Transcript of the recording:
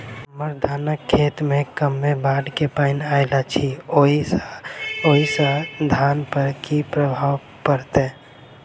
हम्मर धानक खेत मे कमे बाढ़ केँ पानि आइल अछि, ओय सँ धान पर की प्रभाव पड़तै?